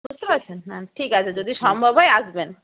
বুঝতে পারছেন হ্যাঁ ঠিক আছে যদি সম্ভব হয় আসবেন